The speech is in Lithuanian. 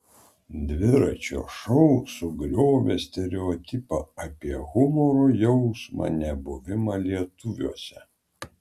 dviračio šou sugriovė stereotipą apie humoro jausmą nebuvimą lietuviuose